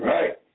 Right